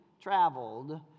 traveled